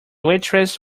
waitress